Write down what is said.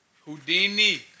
Houdini